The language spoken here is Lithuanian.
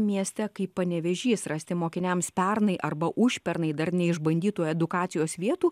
mieste kaip panevėžys rasti mokiniams pernai arba užpernai dar neišbandytų edukacijos vietų